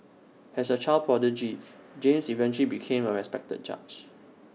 has A child prodigy James eventually became A respected judge